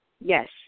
Yes